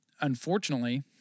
unfortunately